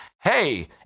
hey